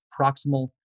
proximal